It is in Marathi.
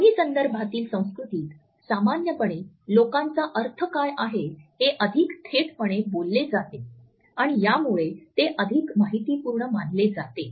कमी संदर्भातील संस्कृतीत सामान्यपणे लोकांचा अर्थ काय आहे हे अधिक थेटपणे बोलले जाते आणि यामुळे ते अधिक माहितीपूर्ण मानले जाते